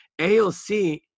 AOC